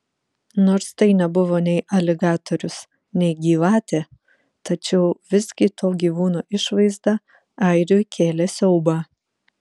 nors tai nebuvo nei aligatorius nei gyvatė tačiau visgi to gyvūno išvaizda airiui kėlė siaubą